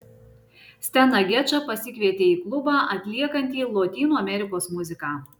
steną gečą pasikvietė į klubą atliekantį lotynų amerikos muziką